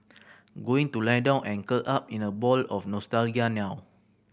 going to lie down and curl up in a ball of nostalgia now